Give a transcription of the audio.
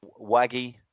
Waggy